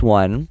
one